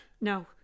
No